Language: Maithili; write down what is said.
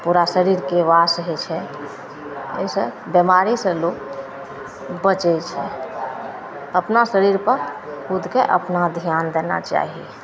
पूरा शरीरके वॉश होइ छै ओहिसे बेमारीसे लोक बचै छै अपना शरीरपर खुदके अपना धिआन देना चाही